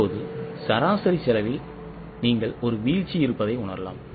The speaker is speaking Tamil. இப்போது சராசரி செலவில் ஒரு வீழ்ச்சி இருப்பதை உணரலாம்